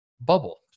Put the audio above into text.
bubble